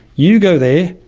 you go there,